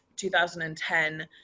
2010